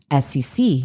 SEC